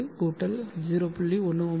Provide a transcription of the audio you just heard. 67 0